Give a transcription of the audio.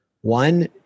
One